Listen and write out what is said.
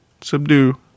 Subdue